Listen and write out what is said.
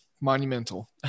monumental